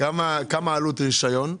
כמה עלות רשיון?